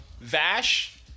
Vash